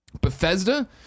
Bethesda